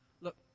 Look